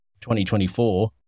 2024